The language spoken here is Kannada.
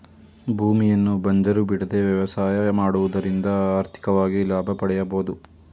ಭೂಮಿಯನ್ನು ಬಂಜರು ಬಿಡದೆ ವ್ಯವಸಾಯ ಮಾಡುವುದರಿಂದ ಆರ್ಥಿಕವಾಗಿ ಲಾಭ ಪಡೆಯಬೋದು